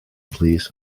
plîs